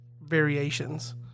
variations